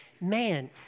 man